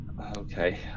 Okay